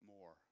more